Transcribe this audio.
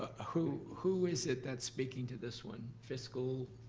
ah who who is it that's speaking to this one, fiscal?